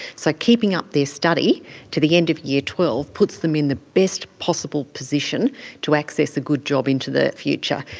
so keeping up their study to the end of year twelve puts them in the best possible position to access a good job into the future.